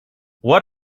what